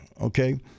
Okay